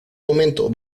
momento